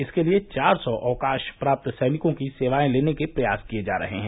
इसके लिए चार सौ अवकाशप्राप्त सैनिकों की सेवाएं लेने के प्रयास किए जा रहे हैं